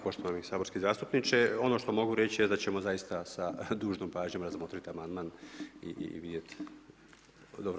Poštovani saborski zastupniče, ono što mogu reći da ćemo zaista sa dužnom pažnjom razmotriti amandman i vidjeti … Hvala.